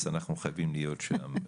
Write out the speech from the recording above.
אז אנחנו חייבים להיות שם,